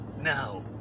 now